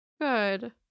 Good